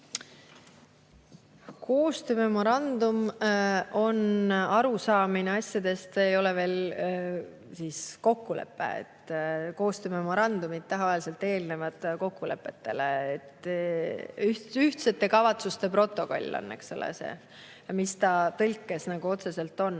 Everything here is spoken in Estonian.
Koostöömemorandum on arusaamine asjadest, see ei ole veel kokkulepe. Koostöömemorandumid tavaliselt eelnevad kokkulepetele. Ühtsete kavatsuste protokoll on see, mis ta tõlkes otseselt on.